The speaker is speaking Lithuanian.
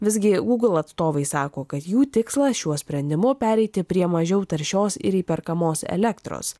visgi google atstovai sako kad jų tikslas šiuo sprendimu pereiti prie mažiau taršios ir įperkamos elektros